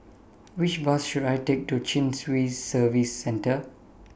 Which Bus should I Take to Chin Swee Service Centre